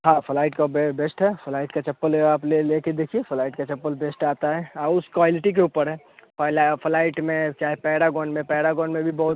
हाँ फ्लाइट का बे बेस्ट है फ्लाइट का चप्पल आप ले लेकर दिखिए फ्लाइट का चप्पल बेस्ट आता हैं हाँ उस क्वालिटी के ऊपर है पलाय फ्लाइट में चाहे पेरागॉन में पेरागॉन में भी बहुत